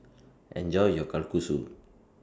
Enjoy your Kalguksu